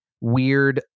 weird